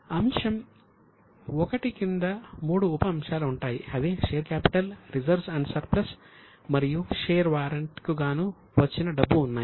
కాబట్టి అంశం సంఖ్య 1 కింద మూడు ఉప అంశాలు ఉంటాయి అవి షేర్ కాపిటల్ కు గాను వచ్చిన డబ్బు ఉన్నాయి